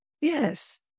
Yes